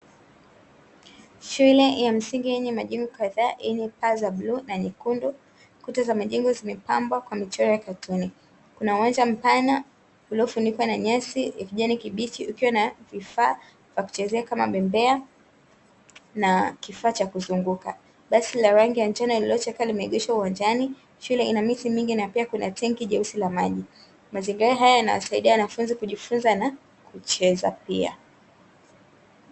Shule ya msingi yenye majengo kadhaa, yenye paa za bluu na nyekundu, kuta za majengo zimepambwa kwa michoro ya katuni, kuna uwanja mpana uliofunikwa na nyasi za kijani kibichi ukiwa na vifaa vya kuchezea kama bembea na kifaa cha kuzunguka. Basi la rangi ya njano lililochakaa limeegeshwa uwanjani. Shule ina miti mingi na pia kuna tenki jeusi la maji. Mazingira haya yanawasaidia wanafunzi kujifunza na kucheza pia.